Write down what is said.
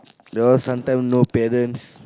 know sometimes no parents